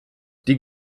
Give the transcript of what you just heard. die